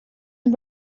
and